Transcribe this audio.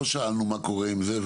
פה שאלנו מה קורה עם זה,